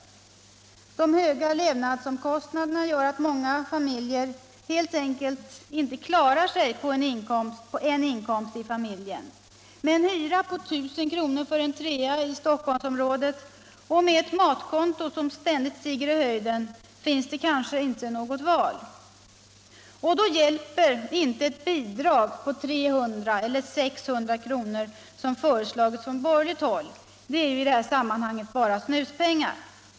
De höga levnadsomkostnaderna gör att många familjer helt enkelt inte klarar sig på en persons inkomst. Med en hyra på 1000 kr. för en trea i Stockholmsområdet och med ett matkonto som ständigt stiger i höjden finns det kanske inte något val. Då hjälper inte ett bidrag på 300 eller 600 kr. som föreslagits från borgerligt håll, det verkar i detta sammanhang bara som snuspengar.